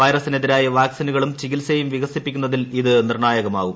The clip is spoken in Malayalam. വൈറസിനെതിരായി വാക്സിനുകളും ചികിത്സയും വികസിപ്പിക്കുന്നതൽ ഇത് നിർണ്ണായകമാകും